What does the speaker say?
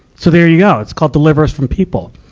so there you go. it's called deliver us from people.